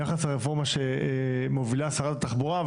ביחס לרפורמה שמובילה שרת התחבורה,